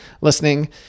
listening